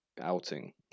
outing